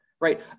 right